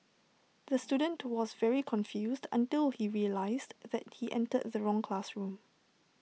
the student towards very confused until he realised that he entered the wrong classroom